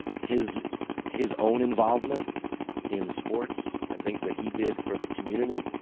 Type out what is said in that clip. his his own involvement in sports and things that he did for the community.